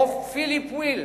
חוף פיליפ-ויל,